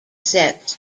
sets